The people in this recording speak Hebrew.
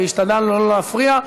והשתדלנו לא להפריע,